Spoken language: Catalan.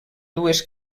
dues